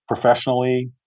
professionally